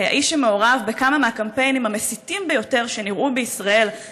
שהתייצבת לענות על השאלות האלה.